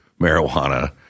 marijuana